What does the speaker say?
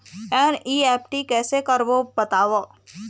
NEFT कैसे करबो बताव?